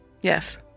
yes